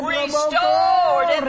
restored